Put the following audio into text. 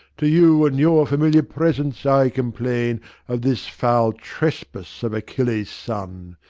to you and your familiar presence i complain of this foul trespass of achilles' son.